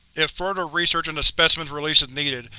if further research into specimens released is needed,